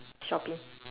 shopping